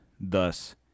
Thus